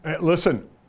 Listen